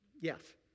Yes